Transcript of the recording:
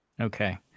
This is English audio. Okay